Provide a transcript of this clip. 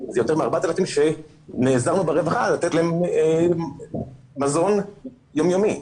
אלה יותר מ-4,000 ילדים שנעזרנו ברווחה לתת להם מזון יום יומי.